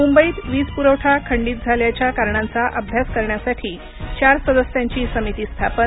मुंबईत वीज पुरवठा खंडित झाल्याच्या कारणांचा अभ्यास करण्यासाठी चार सदस्यांची समिती स्थापन